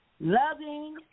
loving